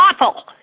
awful